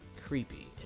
creepy